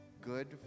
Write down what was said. good